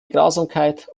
grausamkeit